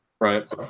Right